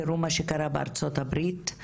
תראו מה קרה בארצות הברית,